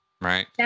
right